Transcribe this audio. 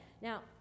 Now